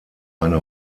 eine